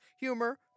humor